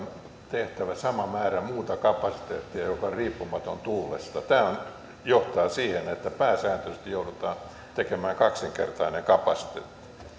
tehtävä sama määrä muuta kapasiteettia joka on riippumaton tuulesta tämä johtaa siihen että pääsääntöisesti joudutaan tekemään kaksinkertainen kapasiteetti